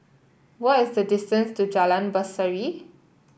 what is the distance to Jalan Berseri